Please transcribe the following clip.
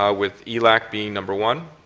ah with the lack being number one.